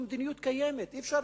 זאת מדיניות קיימת, אי-אפשר